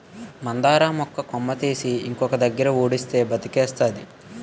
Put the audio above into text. మందార మొక్క కొమ్మ తీసి ఇంకొక దగ్గర ఉడిస్తే బతికేస్తాది